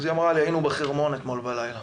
היא אמרה לי: היינו בחרמון אתמול בלילה.